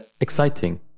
exciting